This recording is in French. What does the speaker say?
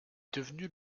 devenue